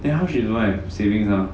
then how she live savings ah